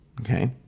okay